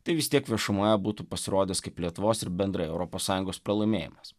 tai vis tiek viešumoje būtų pasirodęs kaip lietuvos ir bendrai europos sąjungos pralaimėjimas